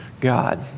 God